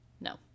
No